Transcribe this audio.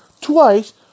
twice